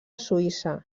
suïssa